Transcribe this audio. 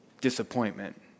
Disappointment